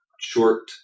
short